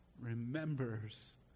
remembers